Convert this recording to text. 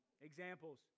Examples